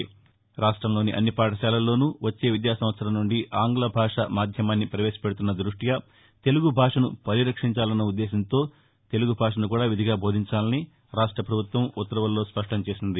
ఆంధ్రప్రదేశ్లోని అన్ని పాఠశాలల్లోనూ వచ్చే విద్యాసంవత్సరం నుండి ఆంగ్ల భాష మాధ్యమాన్ని ప్రవేశ పెడుతున్న దృష్ట్వి తెలుగు భాషను పరిరక్షించాలన్న ఉద్దేశ్యంతో తెలుగు భాషను కూడా విధిగా బోధించాలని రాష్ట్ర ప్రభుత్వం ఆ ఉత్తర్వుల్లో స్పష్టం చేసింది